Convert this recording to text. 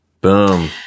Boom